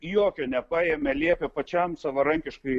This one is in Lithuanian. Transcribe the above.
jokio nepaėmė liepė pačiam savarankiškai